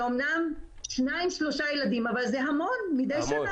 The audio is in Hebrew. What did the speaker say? זה אמנם שניים-שלושה ילדים מדי שנה,